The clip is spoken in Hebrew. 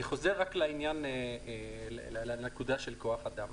אני חוזר לנקודה של כוח אדם.